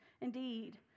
Indeed